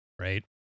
Right